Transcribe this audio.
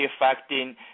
affecting